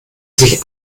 sich